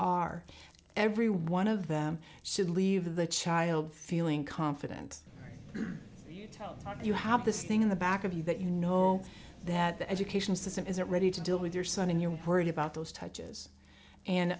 are every one of them should leave the child feeling confident tell you have this thing in the back of you that you know that the education system isn't ready to deal with your son and you worry about those touches and